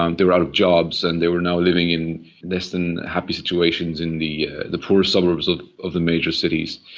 um they were out of jobs, and they were now living in less than happy situations in the the poor suburbs of of the major cities.